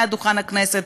מעל דוכן הכנסת.